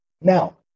Now